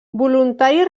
voluntari